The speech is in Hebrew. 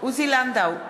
עוזי לנדאו,